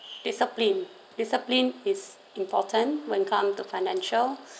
discipline discipline is important when come to financial